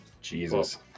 Jesus